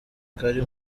kari